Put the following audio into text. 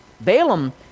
Balaam